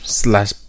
slash